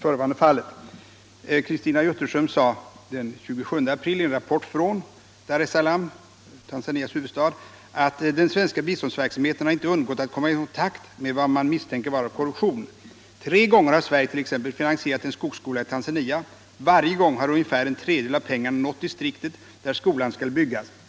Christina Jutterström skrev den 27 april i en rapport från Dar es Salaam, Tanzanias huvudstad: ”Den svenska biståndsverksamheten har inte undgått att komma i kontakt med vad man misstänker vara korruption. Tre gånger har Sverige t.ex. finansierat en skogsskola i Tanzania. Varje gång har ungefär en tredjedel av pengarna nått distriktet där skolan skall byggas.